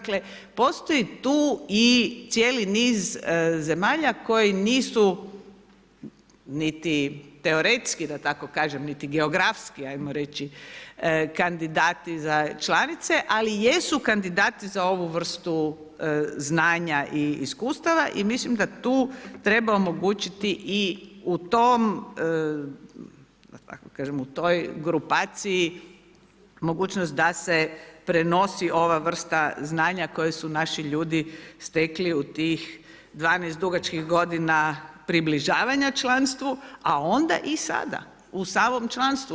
Dakle, postoje tu cijeli niz zemalja koje nisu niti teoretski da tako kažem, niti geografski ajmo reći, kandidati za članice ali jesu kandidati za ovu vrstu znanja i iskustava i mislim da tu treba omogućiti i u tom, da tako kažem, u toj grupaciji mogućnost da se prenosi ova vrsta znanja koju su naši ljudi stekli u tih 12 dugačkih godina približavanja članstvu, a onda i sada u samom članstvu.